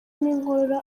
n’inkorora